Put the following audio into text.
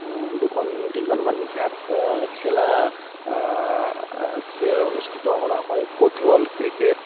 দুখন তিনখনমান খেলা খেল অনুস্থিত কৰা হয় ফুটবল ক্ৰিকেট